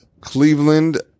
Cleveland